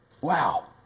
Wow